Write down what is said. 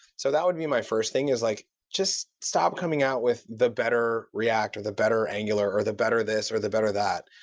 so that would be my first thing, is like just stop coming out with the better react, or the better angular, or the better this, or the better that.